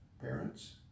parents